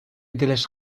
دلش